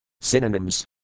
Synonyms